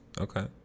Okay